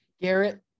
Garrett